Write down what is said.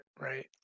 right